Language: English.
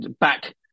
back